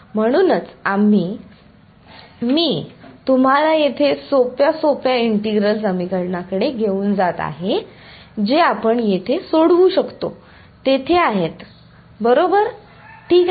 म्हणूनच आम्ही मी तुम्हाला येथे सोप्या सोप्या इंटिग्रल समीकरणाकडे घेऊन जात आहे जे आपण येथे सोडवू शकतो तेथे आहेत बरोबर ठीक आहे